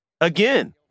Again